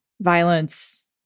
violence